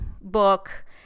book